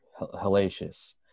hellacious